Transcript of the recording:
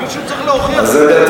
מישהו צריך להוכיח לי.